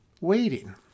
waiting